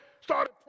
started